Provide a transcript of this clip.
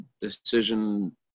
decision